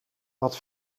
wat